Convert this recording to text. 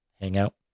hangout